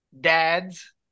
dads